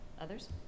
Others